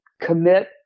commit